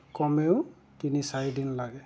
কমেও তিনি চাৰিদিন লাগে